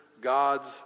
God's